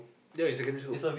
that was in secondary school